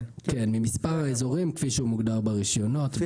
כן, ממספר האזורים כפי שמוגדר ברישיונות.